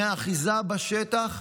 מהאחיזה בשטח,